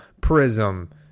Prism